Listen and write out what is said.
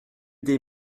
des